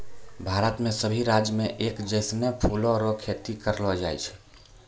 भारत रो सभी राज्य मे एक जैसनो फूलो रो खेती नै करलो जाय छै